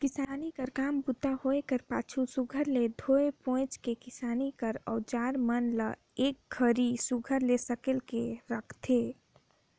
किसानी कर काम बूता होए कर पाछू सुग्घर ले धोए पोएछ के किसानी कर अउजार मन ल एक घरी सुघर ले सकेल के राखथे